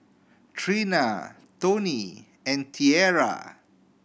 Treena Toney and Tierra